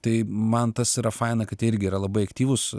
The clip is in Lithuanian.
tai man tas yra faina kad irgi yra labai aktyvūs